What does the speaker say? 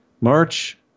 March